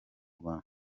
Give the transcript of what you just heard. rwanda